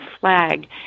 flag